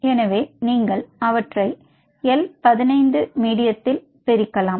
எனவே நீங்கள் அவற்றை எல் 15 மீடியத்தில் பிரிக்கலாம்